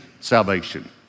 salvation